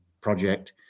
project